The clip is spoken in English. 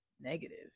negative